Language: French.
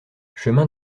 chemin